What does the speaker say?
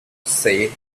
say